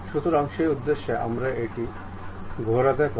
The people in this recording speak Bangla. সুতরাং সেই উদ্দেশ্যে আমরা এটি ঘোরাতে পারি